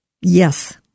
Yes